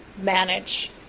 manage